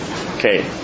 Okay